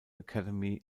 academy